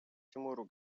тимуру